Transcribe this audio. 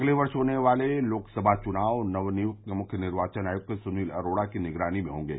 अगले वर्ष होने वाले लोकसभा चुनाव नवनियुक्त मुख्य निर्वाचन आयुक्त सुनील अरोड़ा की निगरानी में हॉगे